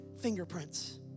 fingerprints